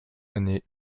année